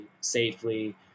safely